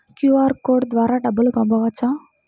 QR code ద్వారా డబ్బులు పంపవచ్చా?